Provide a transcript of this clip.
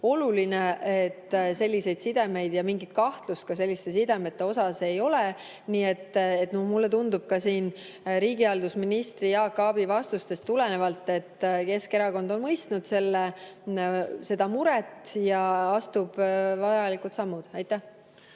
oluline, et selliseid sidemeid ja mingit kahtlust selliste sidemete [olemasolu] osas ei oleks. Mulle tundub riigihalduse ministri Jaak Aabi vastustest tulenevalt, et Keskerakond on mõistnud seda muret ja astub vajalikud sammud. Aitäh!